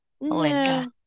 no